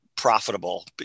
profitable